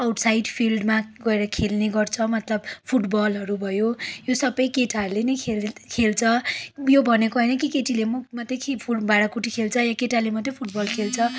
outside फिल्डमा गएर खेल्ने गर्छ मतलब फुटबलहरू भयो यो सबै केटाहरूले नै खेल्छ यो भनेको होइन कि केटीले मु मात्रै कि भाँडाकुटी खेल्छ या केटाले मात्रै फुटबल खेल्छ